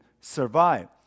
survive